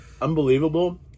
unbelievable